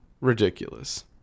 ridiculous